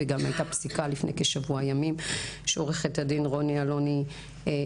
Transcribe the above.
וגם הייתה פסיקה לפני כשבוע ימים שעורכת הדין רוני אלוני הגישה,